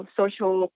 social